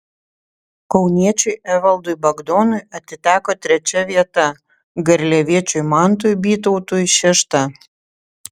kauniečiui evaldui bagdonui atiteko trečia vieta garliaviečiui mantui bytautui šešta